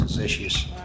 issues